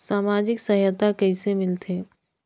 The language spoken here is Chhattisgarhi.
समाजिक सहायता कइसे मिलथे?